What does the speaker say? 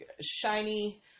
shiny